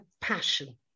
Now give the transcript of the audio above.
passion